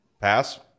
pass